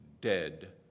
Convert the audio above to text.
dead